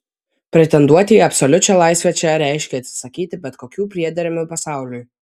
pretenduoti į absoliučią laisvę čia reiškė atsisakyti bet kokių priedermių pasauliui